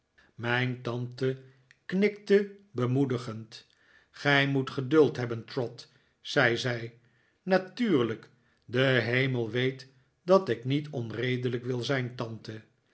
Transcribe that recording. mijn tante knikte bemoedigend gij moet geduld hebben trot zei zij natuurlijk de hemel weet dat ik niet onredelijk wil zijn tante